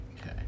Okay